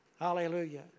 Hallelujah